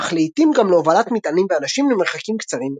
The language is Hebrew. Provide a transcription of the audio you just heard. אך לעיתים גם להובלת מטענים ואנשים למרחקים קצרים מאוד.